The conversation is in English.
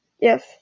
Yes